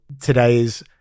today's